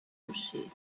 moschee